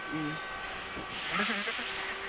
holidays ఎన్ని days వచ్చినాయి మీకు